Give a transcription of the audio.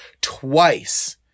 twice